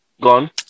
Gone